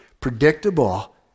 predictable